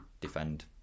defend